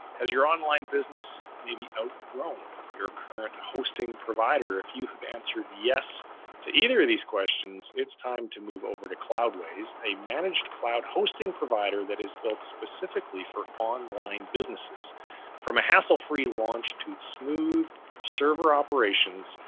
has your online business maybe outgrown your current hosting provider? if you have answered yes to either of these questions, it's time to move over to cloudways. a managed cloud hosting provider that is built specifically for online businesses from a hassle free launch to smooth server operations.